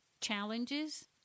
challenges